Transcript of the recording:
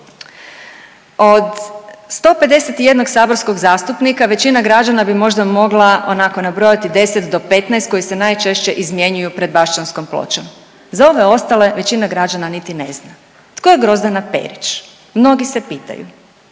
od 151 saborskog zastupnika većina građana bi možda mogla onako nabrojati 10 do 15 koji se najčešće izmjenjuju pred Baščanskom pločom, za ove ostale većina građana niti ne zna. Tko je Grozdana Perić? Mnogi se pitaju.